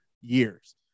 years